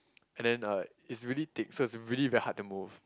and then uh it's really thick so it's really very hard to move